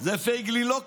לזה פייגלין לא קרא.